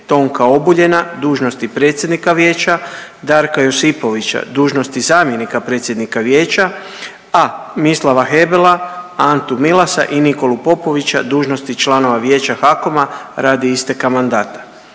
Tonka Obuljena dužnosti predsjednika vijeća, Darka Josipovića dužnosti zamjenika predsjednika vijeća, a Mislava Hebela, Antu Milasa i Nikolu Popovića dužnosti članova Vijeća HAKOM-a radi isteka mandata.